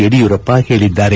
ಯಡಿಯೂರಪ್ಪ ಹೇಳಿದ್ದಾರೆ